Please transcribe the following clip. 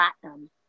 platinum